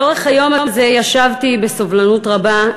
לאורך היום הזה ישבתי בסובלנות רבה,